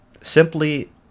simply